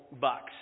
bucks